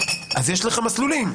לך מסלולים: